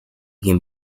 can